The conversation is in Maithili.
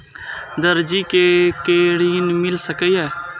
दर्जी कै ऋण मिल सके ये?